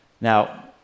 Now